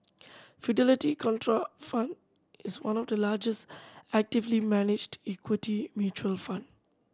Fidelity Contrafund is one of the largest actively managed equity mutual fund